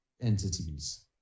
entities